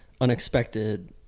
unexpected